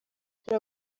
turi